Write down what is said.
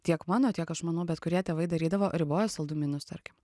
tiek mano tiek aš manau bet kurie tėvai darydavo riboja saldumynus tarkim